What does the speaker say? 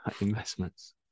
investments